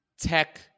tech